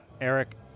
Eric